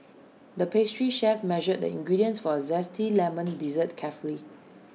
the pastry chef measured the ingredients for A Zesty Lemon dessert carefully